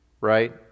right